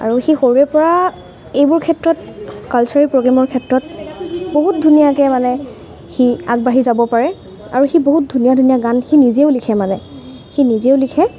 আৰু সি সৰুৰেপৰা এইবোৰ ক্ষেত্ৰত কালচাৰেল প্ৰগেমৰ ক্ষেত্ৰত বহুত ধুনীয়াকৈ মানে সি আগবাঢ়ি যাব পাৰে সি বহুত ধুনীয়া ধুনীয়া গান সি নিজেও লিখে মানে সি নিজেও লিখে